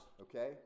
okay